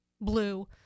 blue